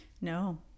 No